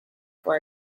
for